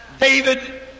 David